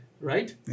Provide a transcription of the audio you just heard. Right